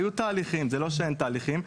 היו תהליכים, זה לא שאין תהליכים.